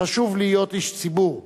להיות איש ציבור,